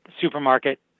supermarket